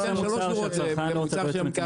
זה בהנחה שזה מסודר שהצרכן --- אם זה מוצר שנמכר